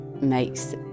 makes